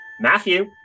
Matthew